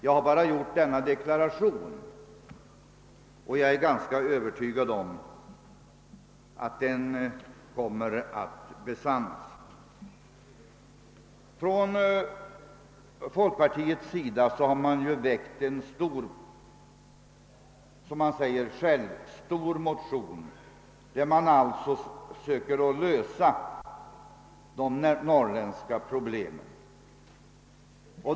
Jag har bara gjort denna deklaration och är ganska övertygad om att den kommer att besannas. Från folkpartiets sida har man väckt en — som man själv säger — stor motion, där man söker lösa de norrländska problemen.